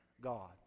God